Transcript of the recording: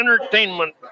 entertainment